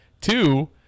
two